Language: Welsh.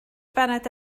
baned